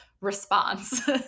Response